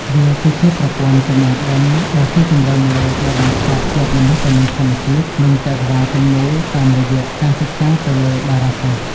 វាគឺជាប្រព័ន្ធចំណេះដឹងដ៏ស៊ីជម្រៅមួយដែលបានផ្សារភ្ជាប់មនុស្សទៅនឹងធម្មជាតិ និងចក្រវាឡទាំងមូលតាមរយៈការសិក្សាទៅលើតារាសាស្ត្រ។